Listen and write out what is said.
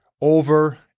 over